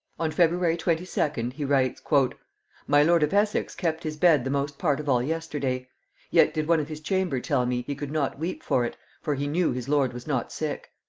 on february twenty-second he writes my lord of essex kept his bed the most part of all yesterday yet did one of his chamber tell me, he could not weep for it, for he knew his lord was not sick.